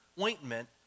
ointment